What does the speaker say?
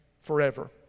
forever